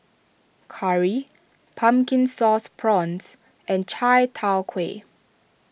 Curry Pumpkin Sauce Prawns and Chai Tow Kway